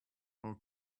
our